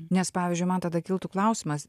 nes pavyzdžiui man tada kiltų klausimas